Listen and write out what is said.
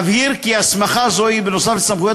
אבהיר כי הסמכה זו היא בנוסף על סמכויות